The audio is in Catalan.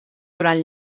durant